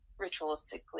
ritualistically